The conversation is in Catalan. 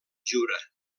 jura